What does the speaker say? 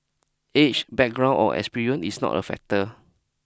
age background or experience is not a factor